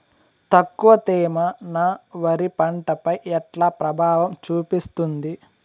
తక్కువ తేమ నా వరి పంట పై ఎట్లా ప్రభావం చూపిస్తుంది?